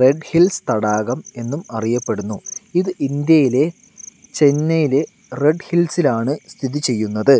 red Hills തടാകം എന്നും അറിയപ്പെടുന്നു ഇത് ഇന്ത്യയിലെ ചെന്നൈയിലെ റെഡ് ഹിൽസിലാണ് സ്ഥിതി ചെയ്യുന്നത്